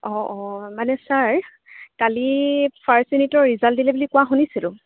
অঁ অঁ মানে ছাৰ কালি ফাৰ্ষ্ট ইউনিটৰ ৰিজাল্ট দিলে বুলি কোৱা শুনিছিলোঁ